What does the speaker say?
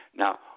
Now